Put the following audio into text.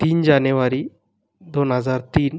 तीन जानेवारी दोन हजार तीन